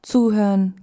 Zuhören